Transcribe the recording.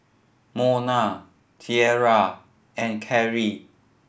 Mona Tiara and Kerry